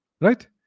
Right